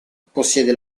possiede